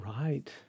right